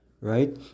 right